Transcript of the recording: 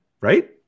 right